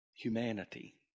Humanity